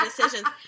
decisions